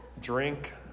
drink